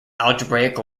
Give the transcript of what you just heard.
algebraic